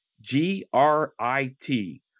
G-R-I-T